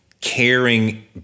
caring